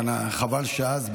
חבל שאז,